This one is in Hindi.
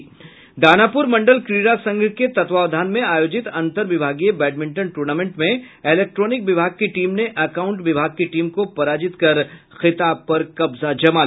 दानापुर मंडल क्रीड़ा संघ के तत्वावधान में आयोजित अंतर विभागीय बैडमिंटन टूर्नामेंट में इलेक्ट्रॉनिक विभाग की टीम ने अकांउट विभाग की टीम को पराजित कर खिताब पर कब्जा जमाया